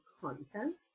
content